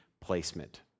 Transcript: placement